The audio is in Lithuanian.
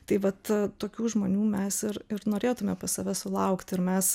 tai vat tokių žmonių mes ir ir norėtume pas save sulaukt ir mes